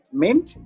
mint